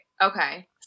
Okay